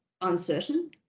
uncertain